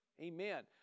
Amen